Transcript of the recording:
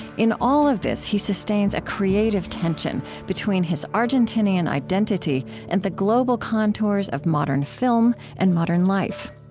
in all of this, he sustains a creative tension between his argentinian identity and the global contours of modern film and modern life.